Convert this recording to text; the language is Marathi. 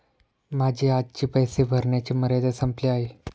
माझी आजची पैसे भरण्याची मर्यादा संपली आहे